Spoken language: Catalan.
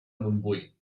montbui